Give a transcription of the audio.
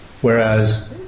Whereas